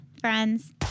friends